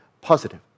Positive